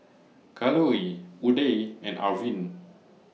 Kalluri Udai and Arvind